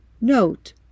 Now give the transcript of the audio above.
Note